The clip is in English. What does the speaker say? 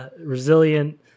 resilient